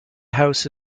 house